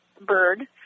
Bird